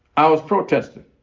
i was protesting.